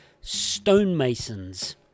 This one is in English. stonemasons